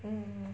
mm